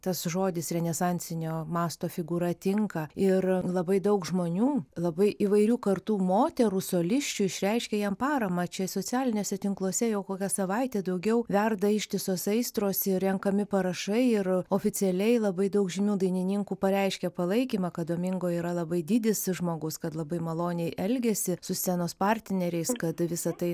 tas žodis renesansinio masto figūra tinka ir labai daug žmonių labai įvairių kartų moterų solisčių išreiškė jam paramą čia socialiniuose tinkluose jau kokią savaitę daugiau verda ištisos aistros ir renkami parašai ir oficialiai labai daug žymių dainininkų pareiškė palaikymą kad domingo yra labai didis žmogus kad labai maloniai elgiasi su scenos partneriais kad visa tai